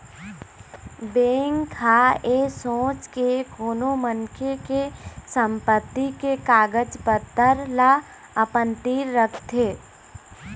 bank ह ऐ सोच के कोनो मनखे के संपत्ति के कागज पतर ल अपन तीर रखथे